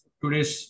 today's